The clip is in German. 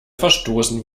verstoßen